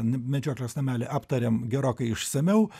medžioklės namelį aptarėm gerokai išsamiau